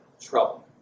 trouble